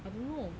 I don't know